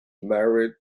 married